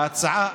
ההצעה,